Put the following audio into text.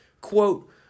Quote